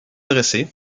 dressé